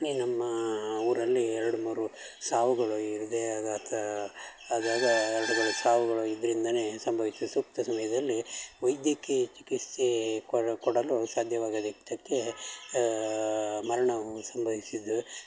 ಈ ನಮ್ಮ ಊರಲ್ಲಿ ಎರಡು ಮೂರು ಸಾವುಗಳು ಈ ಹೃದಯಾಘಾತ ಅದ್ ಅದ ಸಾವುಗಳು ಇದ್ರಿಂದಲೇ ಸಂಭವಿಸಿ ಸೂಕ್ತ ಸಮಯದಲ್ಲಿ ವೈದ್ಯಕೀಯ ಚಿಕಿತ್ಸೆ ಕೊಡ ಕೊಡಲು ಸಾಧ್ಯವಾಗದಿದ್ದಕ್ಕೆ ಮರಣವೂ ಸಂಭವಿಸಿದ್ದು